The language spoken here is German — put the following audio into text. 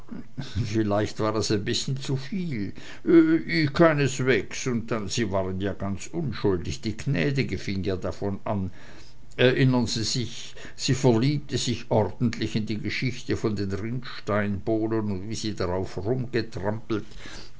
vielleicht war es ein bißchen zuviel i keineswegs und dann sie waren ja ganz unschuldig die gnäd'ge fing ja davon an erinnern sie sich sie verliebte sich ordentlich in die geschichte von den rinnsteinbohlen und wie sie drauf rumgetrampelt